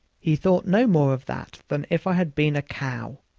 he thought no more of that than if i had been a cow.